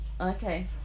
Okay